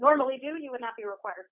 normally do you would not be required